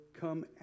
come